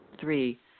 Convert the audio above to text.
Three